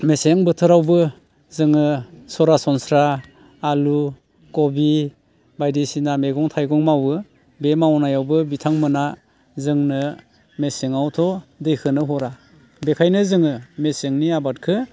मेसें बोथोरावबो जोङो सरासनस्रा आलु कबि बायदिसिना मैगं थाइगं मावो बे मावनायावबो बिथांमोना जोंनो मेसेंआवथ' दैखौनो हरा बेखायनो जोङो मेसेंनि आबादखौ